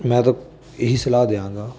ਮੈਂ ਤਾਂ ਇਹ ਹੀ ਸਲਾਹ ਦੇਵਾਂਗਾ